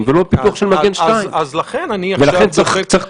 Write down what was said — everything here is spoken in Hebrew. אני מבקשת לעבור לסעיף 2(6), ואני קוראת עם כל